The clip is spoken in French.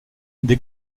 des